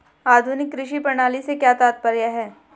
आधुनिक कृषि प्रणाली से क्या तात्पर्य है?